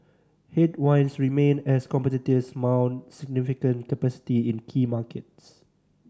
headwinds remain as competitors mount significant capacity in key markets